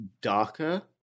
darker